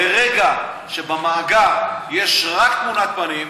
ברגע שבמאגר יש רק תמונת פנים,